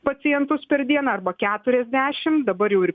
pacientus per dieną arba keturiasdešim dabar jau ir